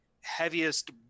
heaviest